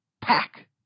Pack